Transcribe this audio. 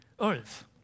earth